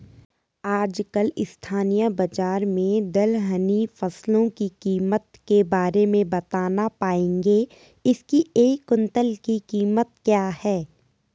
आजकल स्थानीय बाज़ार में दलहनी फसलों की कीमत के बारे में बताना पाएंगे इसकी एक कुन्तल की कीमत क्या है?